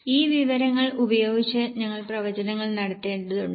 ഈ വിവരങ്ങൾ ഉപയോഗിച്ച് ഞങ്ങൾ പ്രവചനങ്ങൾ നടത്തേണ്ടതുണ്ട്